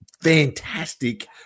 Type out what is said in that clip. fantastic